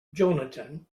johnathan